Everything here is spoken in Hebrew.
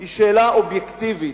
היא שאלה אובייקטיבית,